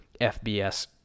FBS